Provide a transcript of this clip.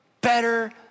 better